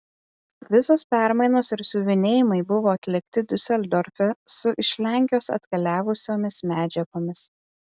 visos permainos ir siuvinėjimai buvo atlikti diuseldorfe su iš lenkijos atkeliavusiomis medžiagomis